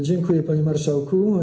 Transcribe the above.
Dziękuję, panie marszałku.